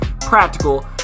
practical